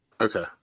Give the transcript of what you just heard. Okay